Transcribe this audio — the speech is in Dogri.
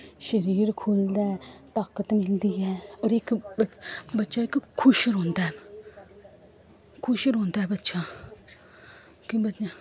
शरीर खुलदा ऐ ताकत मिलदी ऐ हर बच्चा इक खुश रौंह्दा ऐ खुश रौंह्दा ऐ बच्चा कि बच्चा